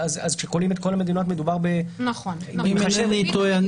אם אינני טועה,